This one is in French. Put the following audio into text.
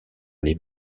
les